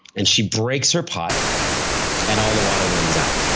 and she breaks her pot and all the water runs out.